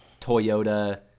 Toyota